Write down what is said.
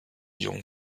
jungen